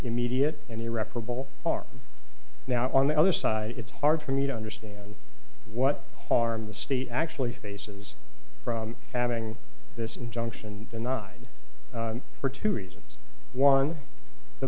immediate and irreparable harm now on the other side it's hard for me to understand what harm the state actually faces from having this injunction denied for two reasons one the